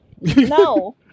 No